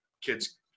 kids